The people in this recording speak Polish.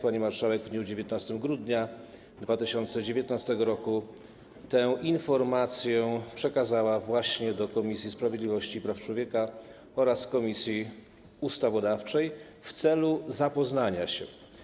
Pani marszałek w dniu 19 grudnia 2019 r. tę informację przekazała właśnie do Komisji Sprawiedliwości i Praw Człowieka oraz Komisji Ustawodawczej w celu zapoznania się.